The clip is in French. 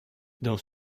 dans